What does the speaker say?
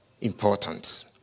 important